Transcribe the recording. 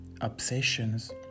obsessions